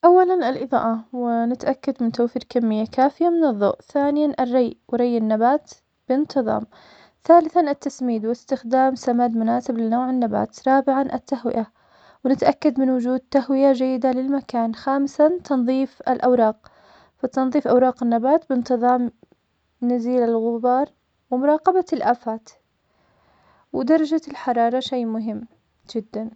أولاً الإضاءة, ونتأكد من توفير كمية كافية من الضوء, ثانياً الري, وري النبات بانتظام, ثالثاً التسميد, واستخدام سماد مناسب لنوع النبات, رابعاً االتهوية, ونتأكد من وجود تهوية جيدة للمكان, خامساً, تنظيف الأوراق, و تنظيف أوراق النبات بانتظام نزيل الغبار, ومراقبة الآفات, ودرجة الحرارة شئ مهم جداً.